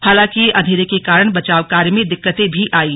हालांकि अंधेरे के कारण बचाव कार्य में दिक्कतें भी आयी